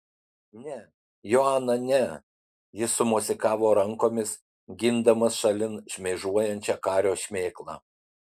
ne joana ne jis sumosikavo rankomis gindamas šalin šmėžuojančią kario šmėklą